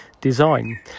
design